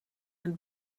het